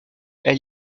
elle